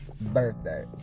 birthday